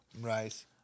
Right